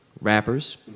rappers